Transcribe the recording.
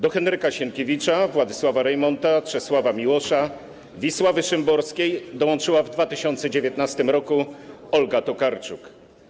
Do Henryka Sienkiewicza, Władysława Reymonta, Czesława Miłosza, Wisławy Szymborskiej dołączyła w 2019 roku Olga Tokarczuk.